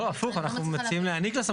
לא, הפוך, אנחנו מציעים להעניק לה סמכות.